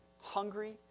Hungry